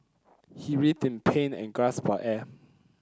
he writhed in pain and gasped for air